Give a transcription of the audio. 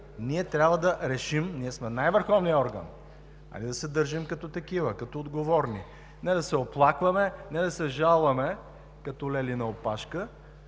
трябва да решим, защото сме най върховният орган. Хайде да се държим като такива – като отговорни. Не да се оплакваме, не да се жалваме като лели на опашка